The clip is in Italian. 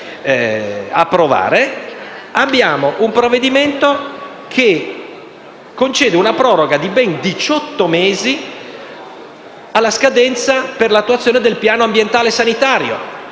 presente un provvedimento che concede una proroga di ben diciotto mesi alla scadenza per l'attuazione del piano ambientale sanitario,